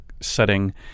setting